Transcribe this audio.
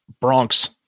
bronx